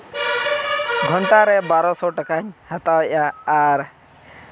ᱜᱷᱚᱱᱴᱟ ᱨᱮ ᱵᱟᱨᱳᱥᱚ ᱴᱟᱠᱟᱧ ᱦᱟᱛᱟᱣᱮᱜᱼᱟ ᱟᱨ